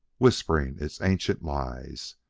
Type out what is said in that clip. whispering its ancient lies.